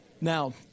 now